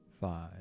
five